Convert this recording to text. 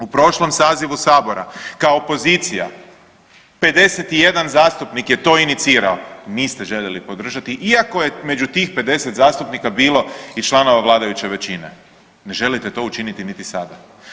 U prošlom sazivu sabora kao opozicija, 51 zastupnik je to inicirao, niste željeli podržati iako je među tih 50 zastupnika bilo i članova vladajuće većine, ne želite to učiniti niti sada.